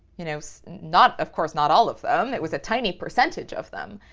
you know, not, of course, not all of them. it was a tiny percentage of them.